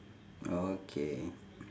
okay